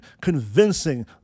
convincing